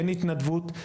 אין התנדבות,